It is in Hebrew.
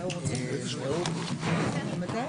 הישיבה ננעלה